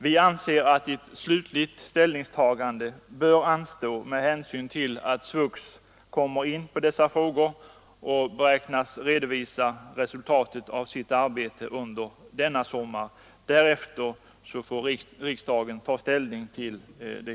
Vi anser att ett slutligt ställningstagande bör anstå med hänsyn till att SVUX kommer in på dessa frågor och beräknas redovisa resultaten av sitt arbete under denna sommar. Därefter får riksdagen ta ställning.